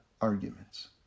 arguments